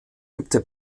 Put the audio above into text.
übte